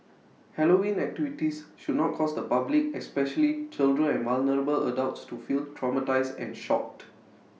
Halloween activities should not cause the public especially children and vulnerable adults to feel traumatised and shocked